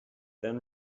then